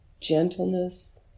gentleness